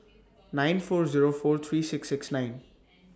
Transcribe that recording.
nine four Zero four three six six nine